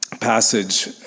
passage